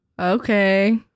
Okay